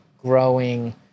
growing